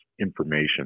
information